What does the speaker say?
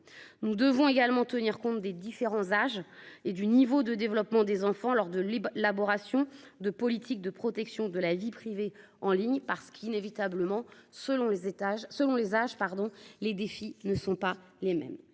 Nous devons également tenir compte des différents âges et du développement des enfants lors de l'élaboration de politiques de protection de la vie privée en ligne, parce que, inévitablement, les problématiques ne sont pas les mêmes.